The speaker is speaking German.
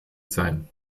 sein